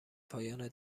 پایان